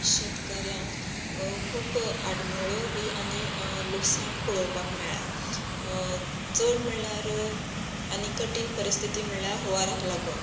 शेतकऱ्यांक खूब आडमेळ्यो बी आनी लुकसाण पळोवपाक मेळ्या चड म्हणल्यार आनी कठीण परिस्थिती म्हणल्यार हुवांराक लागून